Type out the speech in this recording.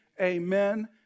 amen